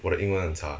我的英文很差